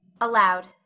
Aloud